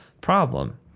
problem